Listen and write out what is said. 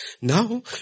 Now